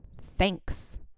thanks